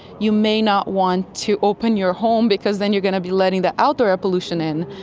you may not want to open your home because then you're going to be letting the outdoor pollution in.